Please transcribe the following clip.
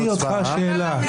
שאלתי אותך שאלה.